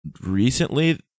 recently